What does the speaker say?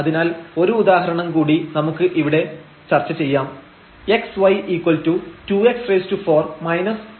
അതിനാൽ ഒരു ഉദാഹരണം കൂടി ഇവിടെ നമുക്ക് ചർച്ച ചെയ്യാം